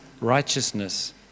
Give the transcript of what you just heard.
righteousness